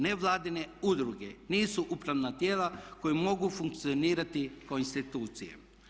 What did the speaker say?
Nevladine udruge nisu upravna tijela koja mogu funkcionirati kao institucije.